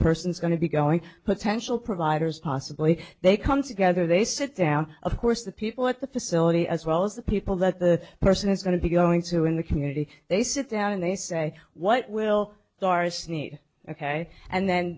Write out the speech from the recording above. person's going to be going potential providers possibly they come together they sit down of course the people at the facility as well as the people that the person is going to be going to in the community they sit down and they say what will doris need ok and then